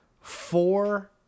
Four